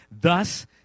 thus